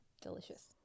Delicious